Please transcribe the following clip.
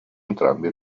entrambi